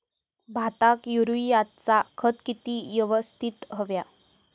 भाताक युरियाचा खत किती यवस्तित हव्या?